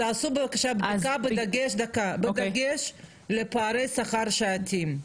תעשו בבקשה בדיקה בדגש על פערי שכר שעתיים.